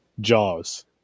Jaws